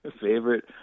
Favorite